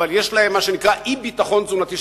אבל יש להם מה שנקרא אי-ביטחון תזונתי,